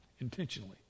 intentionally